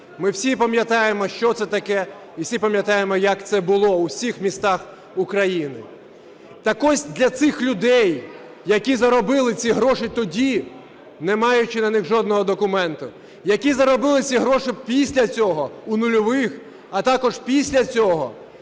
Ми всі пам'ятаємо, що це таке, і всі пам'ятаємо, як це було у всіх містах України. Так ось, для цих людей, які заробили ці гроші тоді, не маючи на них жодного документа, які заробили ці гроші після цього у нульових, а також після цього